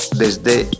desde